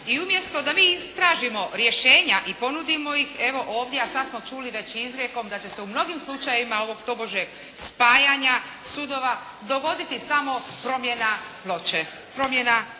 I umjesto da mi istražimo rješenja i ponudimo ih, evo ovdje, a sad smo čuli već i izrijekom da će se u mnogim slučajevima ovog tobože spajanja sudova, dogoditi samo promjena ploče,